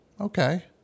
okay